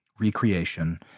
recreation